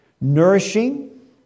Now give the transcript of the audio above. nourishing